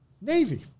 Navy